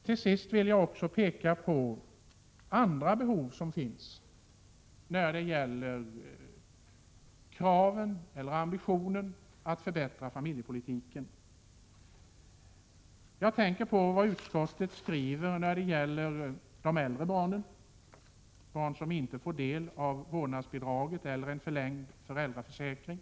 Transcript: Till sist vill jag också peka på andra behov som föreligger när det gäller ambitionerna att förbättra familjepolitiken. Jag tänker nu på vad utskottet skriver om de äldre barnen, alltså de som inte får del av vårdnadsbidrag eller förlängd föräldraförsäkring.